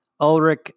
Ulrich